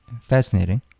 fascinating